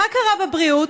מה קרה בבריאות?